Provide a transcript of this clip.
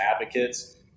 advocates